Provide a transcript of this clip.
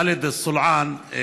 חאלד אל-סולעאן,